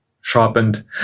sharpened